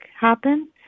happen